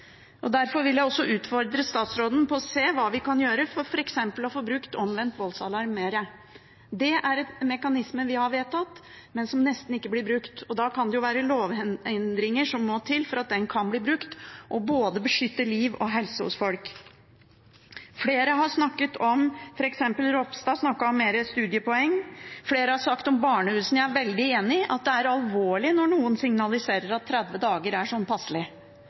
Derfor vil jeg også utfordre statsråden på å se hva vi kan gjøre for f.eks. å få brukt omvendt voldsalarm mer. Det er en mekanisme vi har vedtatt, men som nesten ikke blir brukt. Da kan det jo være lovendringer som må til for at den kan bli brukt og beskytte liv og helse hos folk. Flere har snakket om – f.eks. representanten Ropstad – flere studiepoeng. Flere har snakket om barnehusene. Jeg er veldig enig i at det er alvorlig når noen signaliserer at 30 dagers ventetid er sånn passelig.